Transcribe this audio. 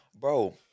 bro